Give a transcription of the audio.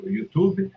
YouTube